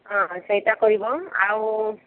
ହଁ ସେଇଟା କରିବ ଆଉ